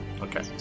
Okay